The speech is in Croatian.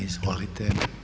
Izvolite.